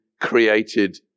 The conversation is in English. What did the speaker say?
created